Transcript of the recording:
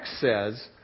says